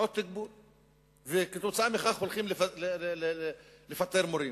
שבגללו הולכים לפטר מורים.